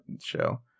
show